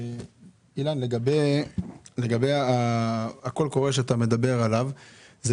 אילן, לגבי הקול קורא שאתה מדבר עליו, זה